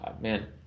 man